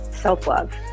self-love